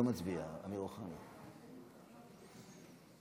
ההצעה להעביר את הנושא לוועדת הכלכלה נתקבלה.